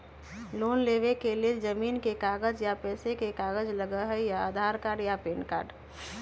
Loan लेवेके लेल जमीन के कागज या पेशा के कागज लगहई या आधार कार्ड या पेन कार्ड?